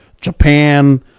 Japan